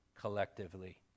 collectively